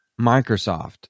microsoft